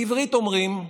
בעברית אומרים: